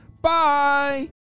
Bye